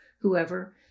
whoever